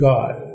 God